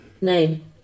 Name